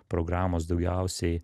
programos daugiausiai